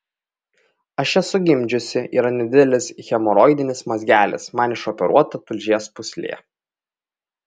aš esu gimdžiusi yra nedidelis hemoroidinis mazgelis man išoperuota tulžies pūslė